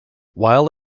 while